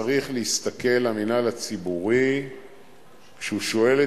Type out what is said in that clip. לענייני ביקורת המדינה של הכנסת לעבודתו של מבקר המדינה ושל משרדו,